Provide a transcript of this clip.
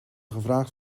gevraagd